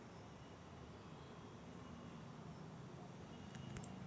सोला सवंगल्यावर कोनच्या पोत्यात भराले पायजे?